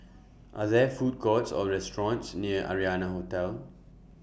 Are There Food Courts Or restaurants near Arianna Hotel